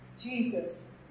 Jesus